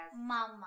mama